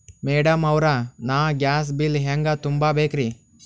Madam ಅವ್ರ, ನಾ gas bill ಹೆಂಗ ತುಂಬಾ ಬೇಕ್ರಿ?